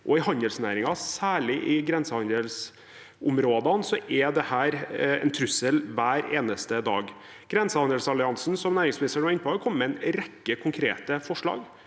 i handelsnæringen, særlig i grensehandelsområdene, er dette en trussel hver eneste dag. Grensehandelsalliansen, som næringsministeren var inne på, har kommet med en rekke konkrete forslag